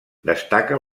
destaca